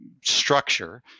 structure